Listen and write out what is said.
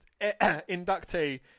inductee